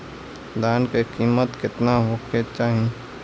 धान के किमत केतना होखे चाही?